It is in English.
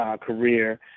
career